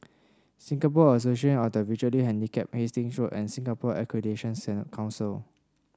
Singapore Association of the Visually Handicapped Hastings Road and Singapore Accreditation Council